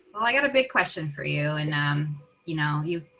i got a big question for you and um you know you.